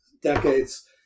decades